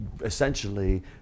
essentially